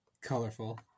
colorful